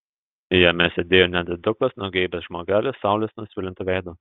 jame sėdėjo nedidukas nugeibęs žmogelis saulės nusvilintu veidu